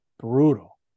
brutal